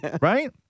right